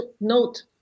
note